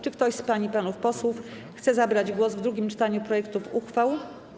Czy ktoś z pań i panów posłów chce zabrać głos w drugim czytaniu projektów uchwał?